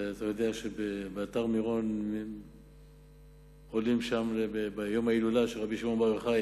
ואתה יודע שלאתר מירון עולים ביום ההילולה של רבי שמעון בר יוחאי